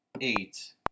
eight